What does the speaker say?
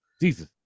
Jesus